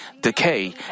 decay